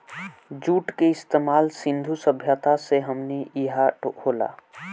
जुट के इस्तमाल सिंधु सभ्यता से हमनी इहा होला